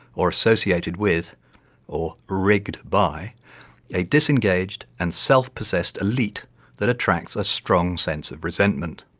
or associated with or rigged by a disengaged and self-possessed elite that attracts a strong sense of resentment.